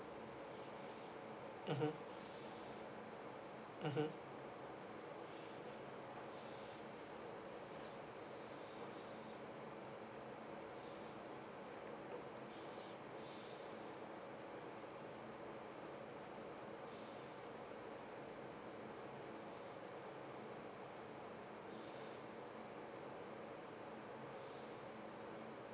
mmhmm mmhmm